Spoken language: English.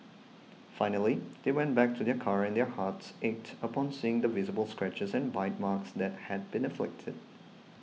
finally they went back to their car and their hearts ached upon seeing the visible scratches and bite marks that had been inflicted